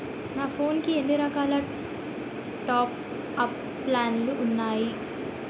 నా ఫోన్ కి ఎన్ని రకాల టాప్ అప్ ప్లాన్లు ఉన్నాయి?